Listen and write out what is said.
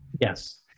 Yes